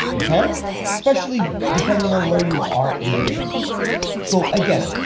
okay um especially depending on where you are in the game so again,